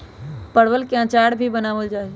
परवल के अचार भी बनावल जाहई